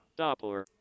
Doppler